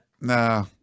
Nah